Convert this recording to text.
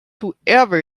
whoever